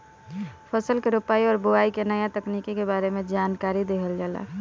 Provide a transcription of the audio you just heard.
फसल के रोपाई और बोआई के नया तकनीकी के बारे में जानकारी देहल जाला